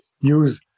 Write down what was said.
use